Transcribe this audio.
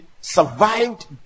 survived